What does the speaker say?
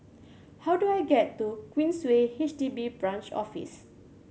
how do I get to Queensway H D B Branch Office